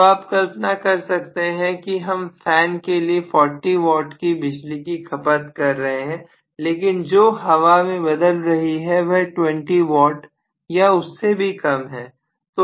तो आप कल्पना कर सकते हैं कि हम फैन के लिए 40W कि बिजली की खपत कर रहे हैं लेकिन जो हवा में बदल रही है वह 20W या उससे भी कम है